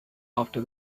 after